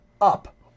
up